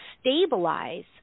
stabilize